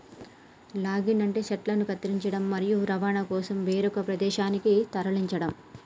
logging అంటే చెట్లను కత్తిరించడం, మరియు రవాణా కోసం వేరొక ప్రదేశానికి తరలించడం